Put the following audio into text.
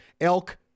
Elk